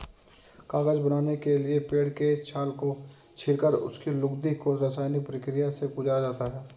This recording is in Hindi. कागज बनाने के लिए पेड़ के छाल को छीलकर उसकी लुगदी को रसायनिक प्रक्रिया से गुजारा जाता है